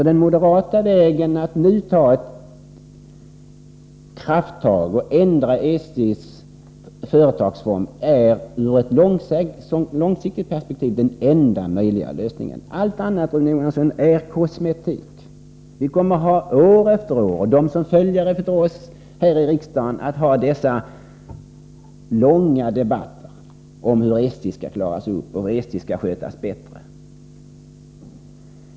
Den moderata vägen att nu ta ett krafttag och ändra SJ:s företagsform är ur ett långsiktigt perspektiv den enda möjliga lösningen. Allt annat är kosmetik, Rune Johansson. Vi, och de som följer efter oss här i riksdagen, kommer att år efter år föra dessa långa debatter om hur SJ:s situation skall klaras upp och hur SJ skall skötas bättre.